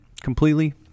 completely